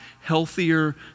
healthier